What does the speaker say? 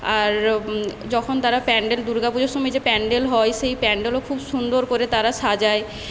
আর যখন তারা প্যান্ডেল দুর্গাপুজোর সময় যে প্যান্ডেল হয় সেই প্যান্ডেলও খুব সুন্দর করে তারা সাজায়